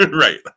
Right